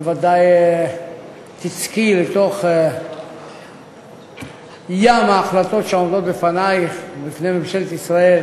בוודאי תיצקי לתוך ים ההחלטות שעומדות בפנייך ובפני ממשלת ישראל